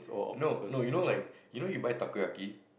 no no you know like you know you buy Takoyaki